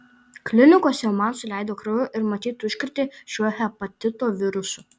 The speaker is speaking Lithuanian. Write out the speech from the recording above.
klinikose man suleido kraujo ir matyt užkrėtė šiuo hepatito virusu